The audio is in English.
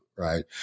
Right